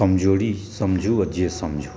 कमजोरी समझूँ आ जे समझूँ